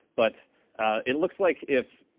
but it looks like if